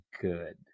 good